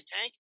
tank